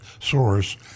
source